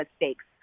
mistakes